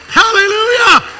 hallelujah